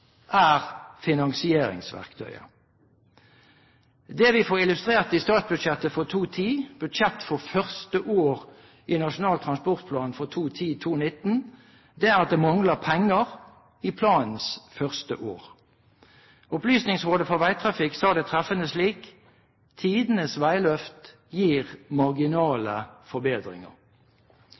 er finansieringsverktøyet. Det har vi fått illustrert i statsbudsjettet for 2010, budsjettet for første år i Nasjonal transportplan 2010–2019, der det mangler penger i planens første år. Opplysningsrådet for Veitrafikken sa det treffende slik: ««Tidenes veiløft» gir